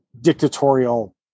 dictatorial